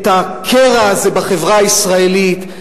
את הקרע הזה בחברה הישראלית,